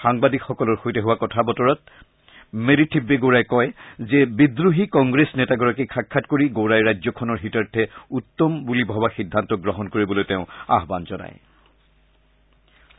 সাংবাদিকসকলৰ সৈতে কথা বতৰা হৈ মেৰী থিবেব গৌডাই কৈছে যে বিদ্ৰোহী কংগ্ৰেছ নেতাগৰাকীক সাক্ষাৎ কৰি গৌড়াই ৰাজ্যখনৰ হিতাৰ্থে উত্তম বুলি ভবা সিদ্ধান্তক গ্ৰহণ কৰিবলৈ তেওঁ আহ্বান জনাইছে